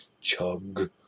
chug